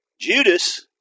Judas